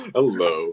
Hello